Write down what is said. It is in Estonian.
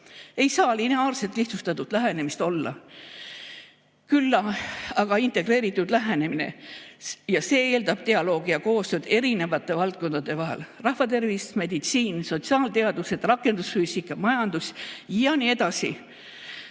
Ei saa lineaarset, lihtsustatud lähenemist olla, küll aga peab olema integreeritud lähenemine. See eeldab dialoogi ja koostööd eri valdkondade vahel – rahvatervis, meditsiin, sotsiaalteadused, rakendusfüüsika, majandus jne.